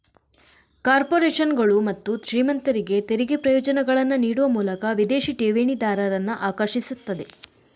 ಕಾರ್ಪೊರೇಷನುಗಳು ಮತ್ತು ಶ್ರೀಮಂತರಿಗೆ ತೆರಿಗೆ ಪ್ರಯೋಜನಗಳನ್ನ ನೀಡುವ ಮೂಲಕ ವಿದೇಶಿ ಠೇವಣಿದಾರರನ್ನ ಆಕರ್ಷಿಸ್ತದೆ